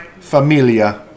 familia